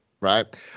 Right